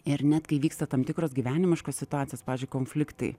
ir net kai vyksta tam tikros gyvenimiškos situacijos pavyzdžiui konfliktai